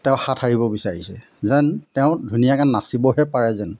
তেওঁ হাত সাৰিব বিচাৰিছে যেন তেওঁ ধুনীয়াকৈ নাচিবহে পাৰে যেন